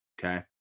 okay